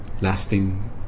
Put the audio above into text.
lasting